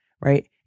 right